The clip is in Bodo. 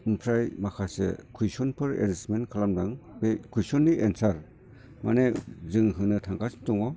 फ्राय माखासे कुइसनफोर एरेन्जमेन्ट खालामदों बै कुइसननि एनसार माने जों होनो थांगासिनो दङ